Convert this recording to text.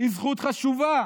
היא זכות חשובה,